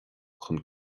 chun